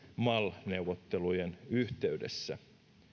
mal neuvottelujen yhteydessä